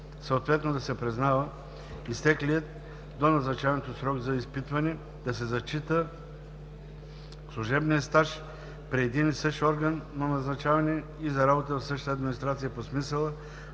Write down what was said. съответно да се признава изтеклият до назначаването срок за изпитване, да се зачита служебният стаж при един и същ орган на назначаване и за работа в същата администрация по смисъла